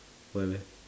why leh